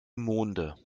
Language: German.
monde